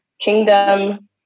kingdom